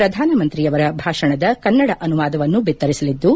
ಪ್ರಧಾನ ಮಂತಿರಯವರ ಭಾಷಣದ ಕನ್ನಡ ಅನುವಾದವನ್ನು ಬಿತ್ತರಿಸಲಿದ್ದು